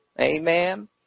amen